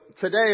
today